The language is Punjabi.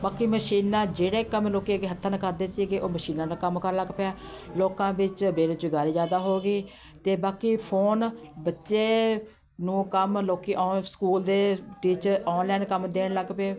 ਬਾਕੀ ਮਸ਼ੀਨਾਂ ਜਿਹੜੇ ਕੰਮ ਲੋਕ ਅੱਗੇ ਹੱਥਾਂ ਨਾਲ ਕਰਦੇ ਸੀਗੇ ਉਹ ਮਸ਼ੀਨਾਂ ਨਾਲ ਕੰਮ ਕਰਨ ਲੱਗ ਪਏ ਆ ਲੋਕਾਂ ਵਿੱਚ ਬੇਰੁਜ਼ਗਾਰੀ ਜ਼ਿਆਦਾ ਹੋ ਗਈ ਅਤੇ ਬਾਕੀ ਫੋਨ ਬੱਚੇ ਨੂੰ ਕੰਮ ਲੋਕ ਔ ਸਕੂਲ ਦੇ ਟੀਚਰ ਔਨਲਾਈਨ ਕੰਮ ਦੇਣ ਲੱਗ ਪਏ